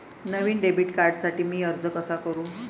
नवीन debit कार्डसाठी मी अर्ज कसा करू?